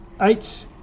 eight